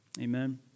Amen